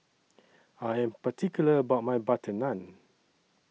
I Am particular about My Butter Naan